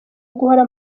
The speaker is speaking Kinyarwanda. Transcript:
guhora